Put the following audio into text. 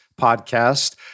podcast